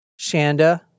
Shanda